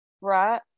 Right